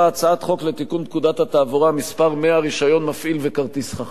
הצעת חוק לתיקון פקודת התעבורה (מס' 100) (רשיון מפעיל וכרטיס חכם).